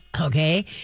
Okay